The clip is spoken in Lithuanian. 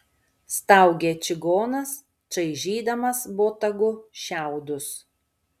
staugė čigonas čaižydamas botagu šiaudus